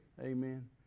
Amen